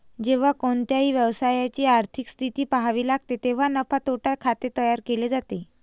जेव्हा कोणत्याही व्यवसायाची आर्थिक स्थिती पहावी लागते तेव्हा नफा तोटा खाते तयार केले जाते